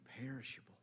imperishable